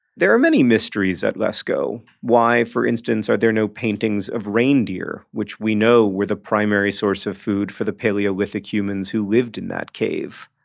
there are many mysteries at lascaux. why, for instance, are there no paintings of reindeer which we know were the primary source of food for the paleolithic humans who lived in that cave?